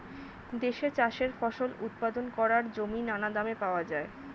দেশে চাষের ফসল উৎপাদন করার জমি নানা দামে পাওয়া যায়